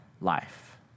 life